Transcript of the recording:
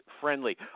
friendly